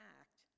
act